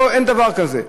אין דבר כזה.